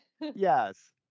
yes